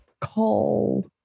call